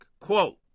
quote